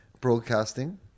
broadcasting